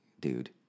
dude